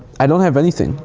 i don't have anything.